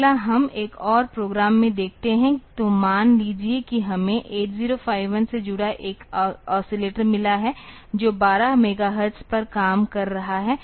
अगला हम एक और प्रोग्राम में देखते हैं तो मान लीजिए कि हमें 8051 से जुड़ा एक ऑसिलेटर मिला है जो 12 मेगाहर्ट्ज पर काम कर रहा है